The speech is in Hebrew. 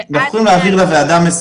ועד 120. אנחנו יכולים להעביר לוועדה באופן